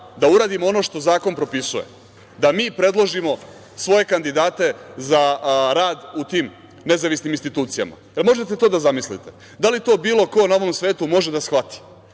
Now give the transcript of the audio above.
da uradimo ono što zakon propisuje, da mi predložimo svoje kandidate za rad u tim nezavisnim institucijama. Da li možete to da zamislite? Da li to bilo ko na ovom svetu može da shvati?